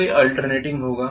तो यह आल्टर्नेटिंग होगा